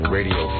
Radio